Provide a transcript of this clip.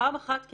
פעם אחת, כי